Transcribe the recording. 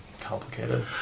complicated